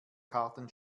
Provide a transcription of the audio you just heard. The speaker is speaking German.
karten